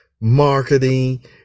marketing